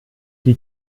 die